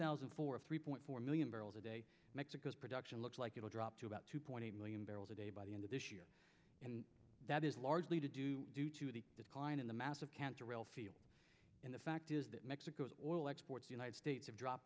thousand and four three point four million barrels a day mexico's production looks like it'll drop to about two point eight million barrels a day by the end of this year and that is largely to do due to the client in the massive cancer will feel and the fact is that mexico's oil exports united states have drop